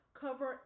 Cover